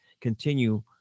continue